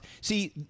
see